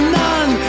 none